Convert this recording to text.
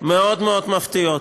מאוד מאוד מפתיעות,